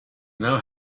know